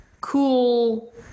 cool